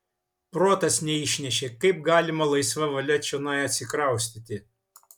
protas neišnešė kaip galima laisva valia čionai atsikraustyti